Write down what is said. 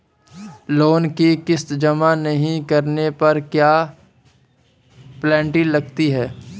Loan की किश्त जमा नहीं कराने पर क्या पेनल्टी लगती है?